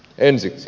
ensiksi